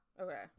okay